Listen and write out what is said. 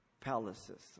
palaces